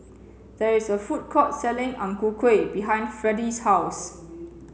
there is a food court selling Ang Ku Kueh behind Freddy's house